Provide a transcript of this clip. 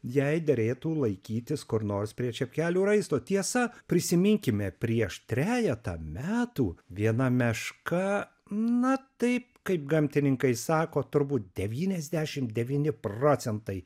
jai derėtų laikytis kur nors prie čepkelių raisto tiesa prisiminkime prieš trejetą metų viena meška na taip kaip gamtininkai sako turbūt devyniasdešim devyni procentai